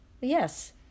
Yes